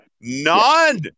None